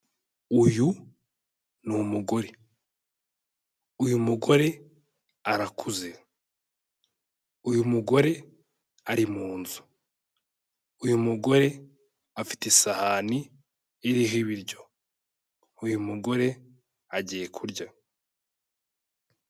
Uyu ni ni umugore. Uyu mugore arakuze. Uyu mugore ari mu nzu. Uyu mugore afite isahani iriho ibiryo. Uyu mugore agiye kurya.